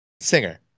Singer